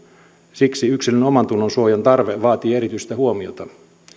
siksi yksilön omantunnonsuojan tarve vaatii erityistä huomiota